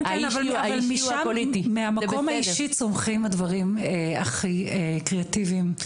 מהמקום האישי צומחים הדברים הכי קריאטיביים.